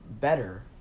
better